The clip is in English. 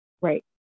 right